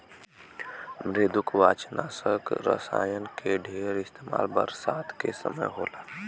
मृदुकवचनाशक रसायन के ढेर इस्तेमाल बरसात के समय होला